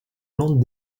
lente